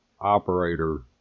operator